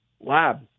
lab